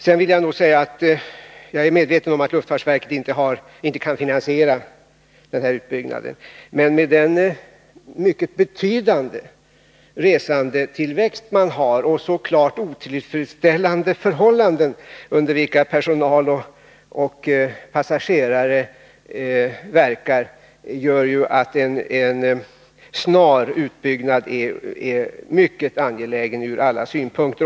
Sedan vill jag säga att jag är medveten om att luftfartsverket inte kan finansiera den här utbyggnaden. Men den mycket betydande resandetillväxten och de klart otillfredsställande förhållanden som råder för personal och passagerare gör att en snar utbyggnad är mycket angelägen ur alla synpunkter.